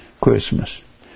christmas